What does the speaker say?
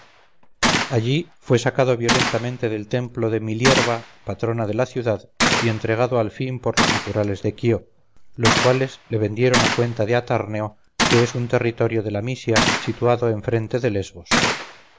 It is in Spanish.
allí fue sacado violentamente del templo de milierva patrona de la ciudad y entregado al fin por los naturales de quío los cuales le vendieron a cuenta de atárneo que es un territorio de la mysia situado enfrente de lésbos